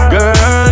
Girl